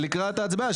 לקראת ההצבעה,